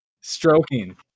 stroking